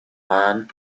man